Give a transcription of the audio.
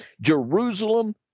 Jerusalem